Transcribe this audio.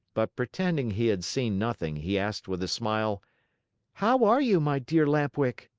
but pretending he had seen nothing, he asked with a smile how are you, my dear lamp-wick?